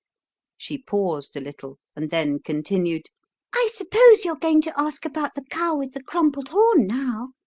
she paused a little, and then continued i suppose you're going to ask about the cow with the crumpled horn now?